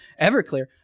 Everclear